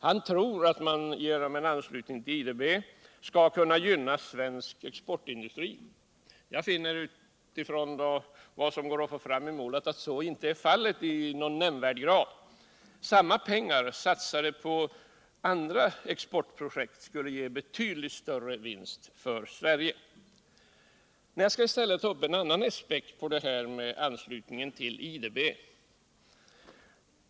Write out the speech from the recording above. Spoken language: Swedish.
Han tror att man genom cen anslutning till IDB skall kunna gynna svensk exportindustri. Jag finner att så inte kan bli fallet i någon nämnvärd grad. Samma pengar satsade på andra exportprojekt skulle ge betydligt större vinst för Sverige. Jag skall i stället ta upp en annan aspekt på anslutningen till IDB.